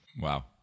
Wow